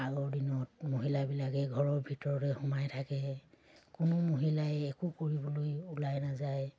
আগৰ দিনত মহিলাবিলাকে ঘৰৰ ভিতৰতে সোমাই থাকে কোনো মহিলাই একো কৰিবলৈ ওলাই নাযায়